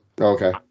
Okay